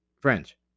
French